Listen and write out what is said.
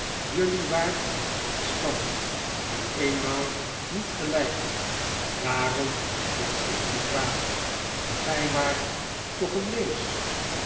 jullie waart in stand nu eenmaal niet gelijk daarom deed ik die vraag gij waart toch een wees